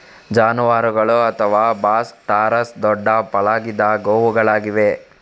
ಜಾನುವಾರುಗಳು ಅಥವಾ Bos taurus ದೊಡ್ಡ ಪಳಗಿದ ಗೋವುಗಳಾಗಿವೆ